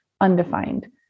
undefined